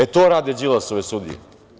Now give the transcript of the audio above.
E, to rade Đilasove sudije.